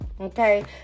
okay